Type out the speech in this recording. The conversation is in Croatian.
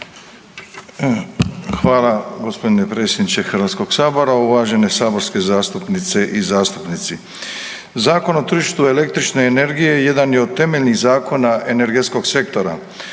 Hvala gospodine predsjedniče Hrvatskog sabora. Uvažene saborske zastupnice i zastupnici, Zakon o tržištu električne energije jedan je od temeljnih zakona energetskog sektora.